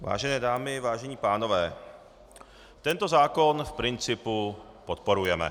Vážené dámy, vážení pánové, tento zákon v principu podporujeme.